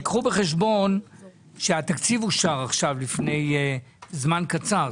קחו בחשבון שהתקציב אושר עכשיו לפני זמן קצר,